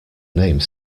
name